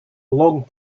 long